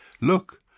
Look